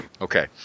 Okay